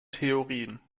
theorien